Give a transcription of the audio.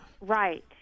Right